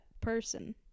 person